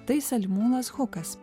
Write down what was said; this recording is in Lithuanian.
tai saliamūnas hukas